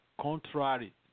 contrary